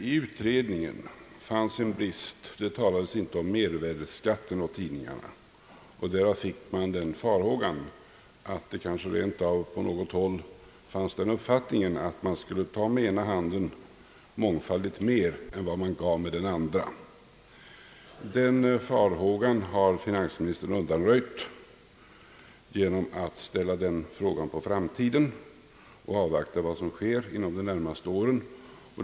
I utredningen fanns en brist; det talades inte om mervärdeskatten på tidningarna. Därav uppstod farhågan att det kanske rent av på något håll fanns den uppfattningen att man skulle ta med ena handen mångfaldigt mer än vad man gav med den andra. Den farhågan har finansministern undanröjt genom att ställa frågan på framtiden och avvakta vad som sker under de närmaste åren.